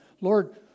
Lord